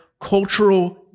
cultural